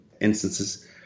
instances